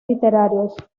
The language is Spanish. literarios